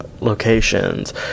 locations